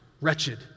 Wretched